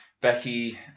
Becky